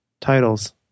titles